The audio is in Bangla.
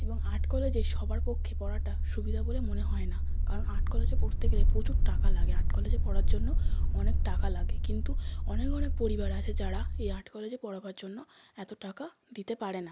এবং আর্ট কলেজে সবার পক্ষে পড়াটা সুবিধা বলে মনে হয় না কারণ আর্ট কলেজে পড়তে গেলে প্রচুর টাকা লাগে আর্ট কলেজে পড়ার জন্য অনেক টাকা লাগে কিন্তু অনেক অনেক পরিবার আছে যারা এই আর্ট কলেজে পড়াবার জন্য এত টাকা দিতে পারে না